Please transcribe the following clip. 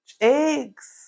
Eggs